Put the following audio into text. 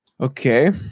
Okay